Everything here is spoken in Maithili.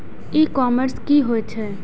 ई कॉमर्स की होय छेय?